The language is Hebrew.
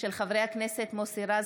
של חברי הכנסת מוסי רז,